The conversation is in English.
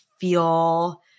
feel